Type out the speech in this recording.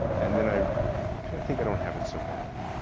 and then i kind of think i don't have it so bad.